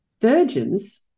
virgins